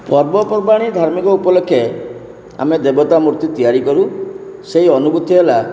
ପର୍ବପର୍ବାଣି ଧାର୍ମିକ ଉପଲକ୍ଷେ ଆମେ ଦେବତା ମୂର୍ତ୍ତି ତିଆରି କରୁ ସେଇ ଅନୁଭୂତି ହେଲା